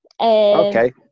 Okay